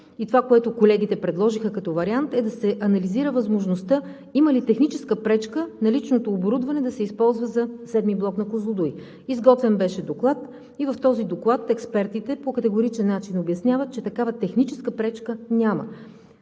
и това, което колегите предложиха като вариант, е да се анализира възможността има ли техническа пречка наличното оборудване да се използва за VII блок на „Козлодуй“. Изготвен беше доклад и в този доклад експертите по категоричен начин обясняват, че такава техническа пречка няма.